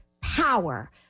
power